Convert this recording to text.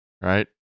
right